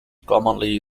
commonly